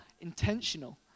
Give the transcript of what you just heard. intentional